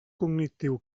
cognitiu